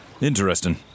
Interesting